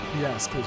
Yes